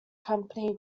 company